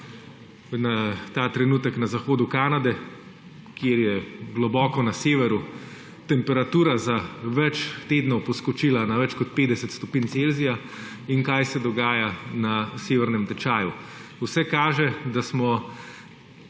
ta trenutek na zahodu Kanade, kjer je globoko na severu temperatura za več tednov poskočila na več kot 50 stopinj Celzija, in kar se dogaja na severnem tečaju. Vse kaže, da smo